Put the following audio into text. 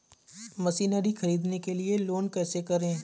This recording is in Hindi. मशीनरी ख़रीदने के लिए लोन कैसे करें?